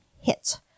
hit